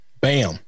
Bam